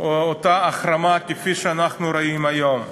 אותה החרמה, כפי שאנחנו רואים היום,